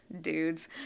dudes